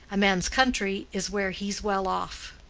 a man's country is where he's well off